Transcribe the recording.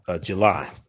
July